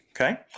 Okay